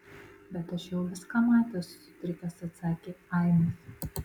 bet aš jau viską matęs sutrikęs atsakė ainas